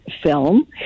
film